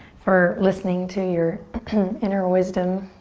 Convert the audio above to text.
for listening to your inner wisdom